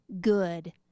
good